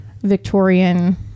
Victorian